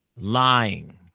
lying